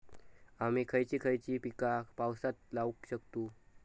आम्ही खयची खयची पीका पावसात लावक शकतु?